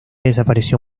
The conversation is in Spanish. desapareció